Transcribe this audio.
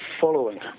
following